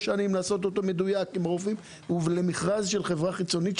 שנים לדייק אותו עם רופאים של חברה חיצונית,